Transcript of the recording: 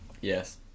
Yes